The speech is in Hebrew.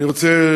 אני רוצה,